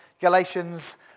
Galatians